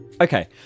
Okay